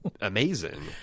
amazing